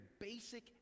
basic